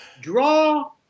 Draw